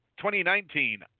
2019